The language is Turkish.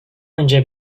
önce